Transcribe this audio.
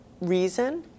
reason